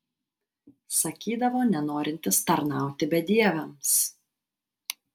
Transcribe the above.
sakydavo nenorintis tarnauti bedieviams